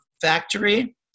factory